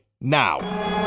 now